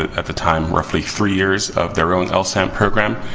at the time, roughly three years of their own lsam program.